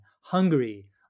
Hungary